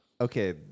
okay